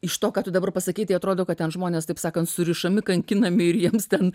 iš to ką tu dabar pasakei tai atrodo kad ten žmonės taip sakant surišami kankinami ir jiems ten